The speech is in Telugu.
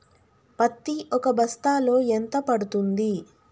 పత్తి ఒక బస్తాలో ఎంత పడ్తుంది?